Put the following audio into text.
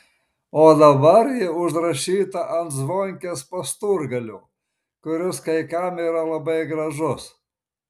o dabar ji užrašyta ant zvonkės pasturgalio kuris kai kam yra labai gražus